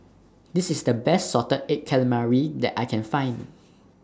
This IS The Best Salted Egg Calamari that I Can Find